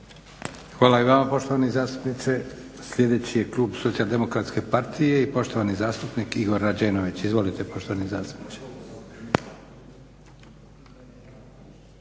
Hvala i vama poštovani zastupniče. Sljedeći je klub Socijaldemokratske partije i poštovani zastupnik Igor Rađenović. Izvolite poštovani zastupniče.